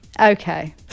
Okay